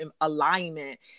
alignment